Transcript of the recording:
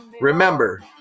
Remember